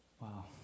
Wow